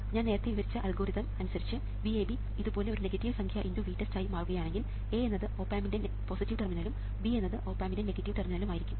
ഞാൻ നേരത്തെ വിവരിച്ച അൽഗോരിതം അനുസരിച്ച് VAB ഇതുപോലെ ഒരു നെഗറ്റീവ് സംഖ്യ × VTEST ആയി മാറുകയാണെങ്കിൽ A എന്നത് ഓപ് ആമ്പിൻറെ പോസിറ്റീവ് ടെർമിനലും B എന്നത് ഓപ് ആമ്പിൻറെ നെഗറ്റീവ് ടെർമിനലും ആയിരിക്കും